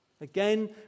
Again